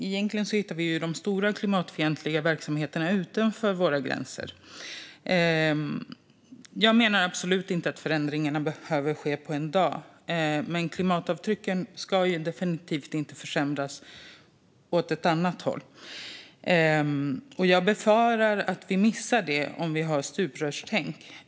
Egentligen hittar vi de stora klimatfientliga verksamheterna utanför våra gränser. Jag menar absolut inte att förändringarna behöver ske på en dag. Men klimatavtrycken ska definitivt inte försämras åt ett annat håll. Jag befarar att vi missar det om vi har stuprörstänk.